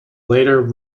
later